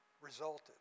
resulted